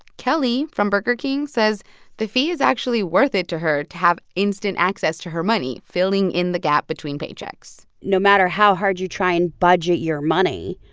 kelly from burger king says the fee is actually worth it to her to have instant access to her money, filling in the gap between paychecks no matter how hard you try and budget your money,